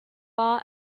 far